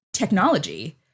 technology